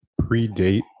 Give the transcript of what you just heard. predate